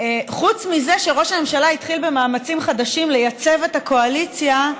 חוץ מזה שראש הממשלה התחיל במאמצים חדשים לייצב את הקואליציה,